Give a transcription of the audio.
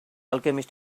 alchemist